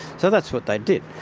so that's what they did.